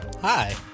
Hi